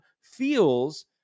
feels